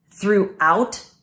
throughout